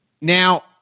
Now